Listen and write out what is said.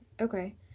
Okay